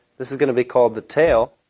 this is going to be called the tail,